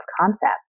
concept